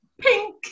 Pink